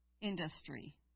industry